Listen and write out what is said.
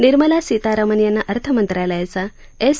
निर्मला सितारामन यांना अर्थमंत्रालयाचा एस